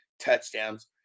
touchdowns